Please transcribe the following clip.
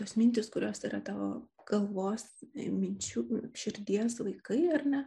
tos mintys kurios yra tavo galvos minčių širdies vaikai ar ne